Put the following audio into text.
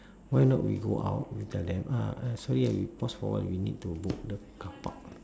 why not we go out we tell them uh uh sorry ah we pause for a while we need to book the carpark